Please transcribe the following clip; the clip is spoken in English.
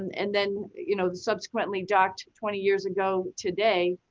and then you know subsequently docked twenty years ago today.